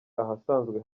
ahasanzwe